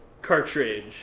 cartridge